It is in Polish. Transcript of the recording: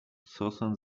sosen